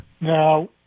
Now